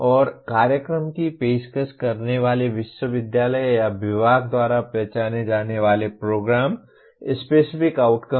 और कार्यक्रम की पेशकश करने वाले विश्वविद्यालय या विभाग द्वारा पहचाने जाने वाले प्रोग्राम स्पेसिफिक आउटकम